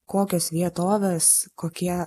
kokias vietoves kokie